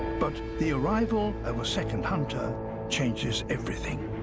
but the arrival of a second hunter changes everything.